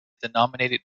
denominated